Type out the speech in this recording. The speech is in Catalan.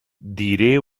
diré